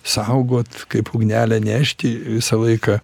saugot kaip ugnelę nešti visą laiką